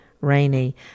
rainy